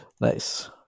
Nice